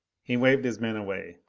he waved his men away.